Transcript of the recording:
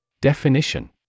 Definition